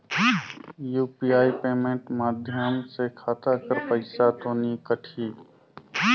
UPI payment माध्यम से खाता कर पइसा तो नी कटही?